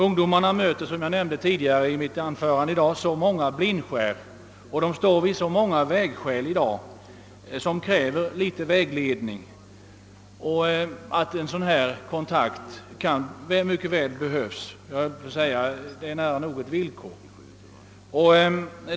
Ungdomarna möter, som jag tidigare nämnde, i dag så många blindskär och står vid så många vägskäl som kräver vägledning att en sådan kontakt mycket väl behövs, ja, nära nog är ett villkor.